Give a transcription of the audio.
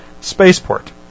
spaceport